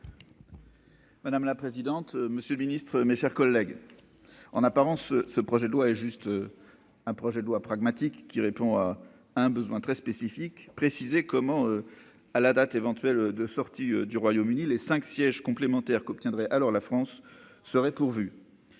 Madame la présidente, monsieur le secrétaire d'État, mes chers collègues, en apparence, ce projet de loi relève du simple pragmatisme ; il répond à un besoin très spécifique : préciser comment, à la date éventuelle de sortie du Royaume-Uni, les cinq sièges supplémentaires qu'obtiendrait alors la France seraient pourvus.